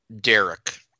Derek